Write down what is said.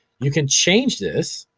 you can change this,